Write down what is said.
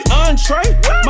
entree